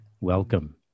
welcome